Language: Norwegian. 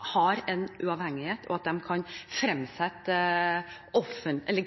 har en uavhengighet, at de kan fremsette